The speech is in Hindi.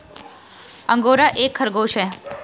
अंगोरा एक खरगोश है